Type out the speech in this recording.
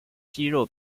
肌肉